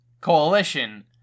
coalition